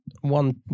one